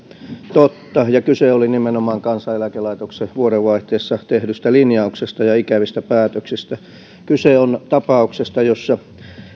totta ja kyse oli nimenomaan kansaneläkelaitoksen vuodenvaihteessa tehdystä linjauksesta ja ikävistä päätöksistä kyse on tapauksesta jossa